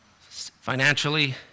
Financially